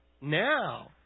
Now